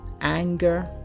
anger